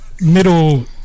middle